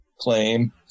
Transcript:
claim